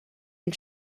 dil